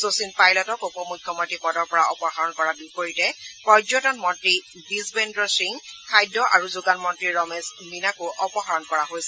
শচীন পাইলটক উপ মুখ্যমন্ত্ৰী পদৰ পৰা অপসাৰণ কৰাৰ বিপৰীতে পৰ্যটন মন্ত্ৰী বীছবেদ্ৰ সিং খাদ্য আৰু যোগান মন্ত্ৰী ৰমেশ মীনাকো অপসাৰণ কৰা হৈছে